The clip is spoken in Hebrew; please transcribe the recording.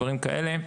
דברים כאלה,